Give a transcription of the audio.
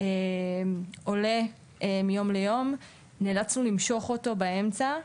עולה מיום ליום, נאלצנו למשוך אותו באמצע.